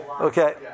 Okay